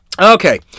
Okay